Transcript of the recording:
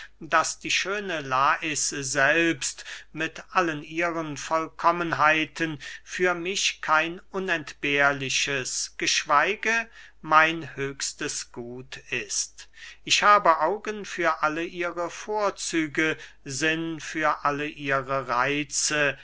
daß die schöne lais selbst mit allen ihren vollkommenheiten für mich kein unentbehrliches geschweige mein höchstes gut ist ich habe augen für alle ihre vorzüge sinn für alle ihre reitze